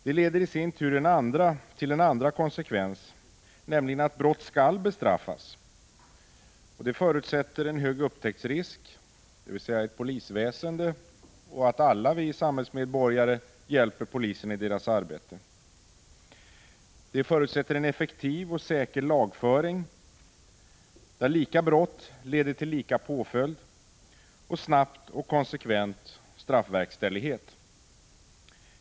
Det leder i sin tur till en andra konsekvens, nämligen att brott skall bestraffas. Det förutsätter en hög upptäcktsrisk, dvs. ett polisväsende och att alla vi samhällsmedborgare hjälper polisen i dess arbete. Det förutsätter också en effektiv och säker lagföring, där lika brott leder till lika påföljd och snabb och konsekvent straffverkställighet.